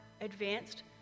advanced